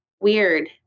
weird